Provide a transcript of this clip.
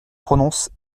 prononce